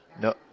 No